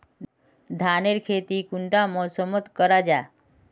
धानेर खेती कुंडा मौसम मोत करा जा?